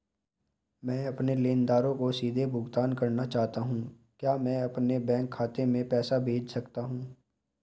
मैं अपने लेनदारों को सीधे भुगतान करना चाहता हूँ क्या मैं अपने बैंक खाते में पैसा भेज सकता हूँ?